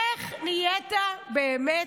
איך נהיית באמת?